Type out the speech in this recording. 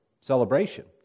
celebration